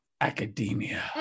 academia